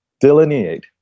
delineate